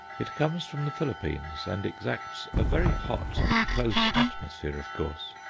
it comes from the philippines, and exacts a very hot, close atmosphere of course.